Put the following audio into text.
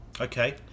Okay